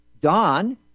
Don